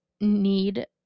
need